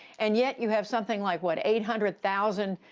and yet you have something like, what, eight hundred thousand